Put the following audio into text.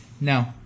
No